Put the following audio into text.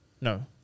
no